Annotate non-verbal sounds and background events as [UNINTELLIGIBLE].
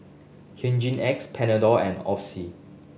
Hygin X Panadol and [UNINTELLIGIBLE]